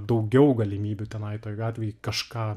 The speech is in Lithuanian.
daugiau galimybių tenai toj gatvėj kažką